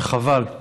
וחבל.